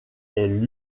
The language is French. est